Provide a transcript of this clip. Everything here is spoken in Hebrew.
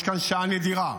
יש כאן שעה נדירה,